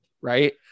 right